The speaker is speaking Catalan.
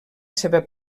seva